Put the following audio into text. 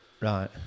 Right